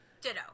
Ditto